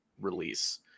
release